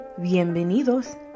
Bienvenidos